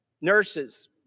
nurses